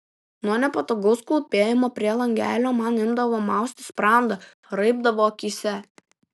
nuo nepatogaus klūpėjimo prie langelio man imdavo mausti sprandą raibdavo akyse